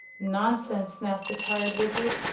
nonsense! snapped the tired wizard.